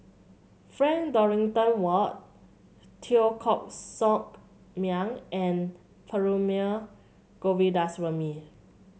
Frank Dorrington Ward Teo Koh Sock Miang and Perumal Govindaswamy